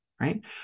Right